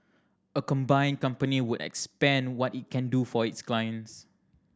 a combined company would expand what it can do for its clients